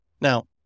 Now